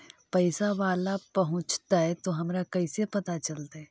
पैसा बाला पहूंचतै तौ हमरा कैसे पता चलतै?